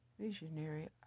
visionary